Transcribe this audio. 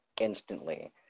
instantly